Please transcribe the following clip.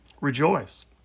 rejoice